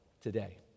today